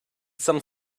some